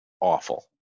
awful